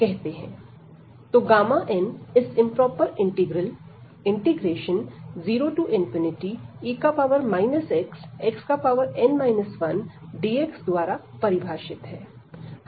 तो gamma n इस improper integral 0e xxn 1dxद्वारा परिभाषित है